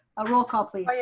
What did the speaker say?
a roll call please.